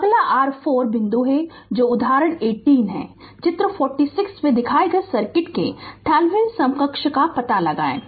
अगला r 4 बिंदु है जो उदाहरण 18 है चित्र 46 में दिखाए गए सर्किट के थेवेनिन समकक्ष का पता लगाएं